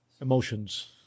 emotions